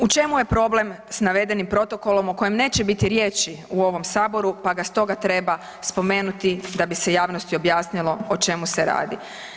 U čemu je problem s navedenim protokolom o kojem neće biti riječi u ovom saboru pa ga stoga treba spomenuti da bi se javnosti objasnilo o čemu se radi.